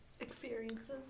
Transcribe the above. Experiences